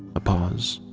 a pause.